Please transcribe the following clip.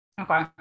okay